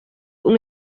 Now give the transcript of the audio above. una